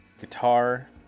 guitar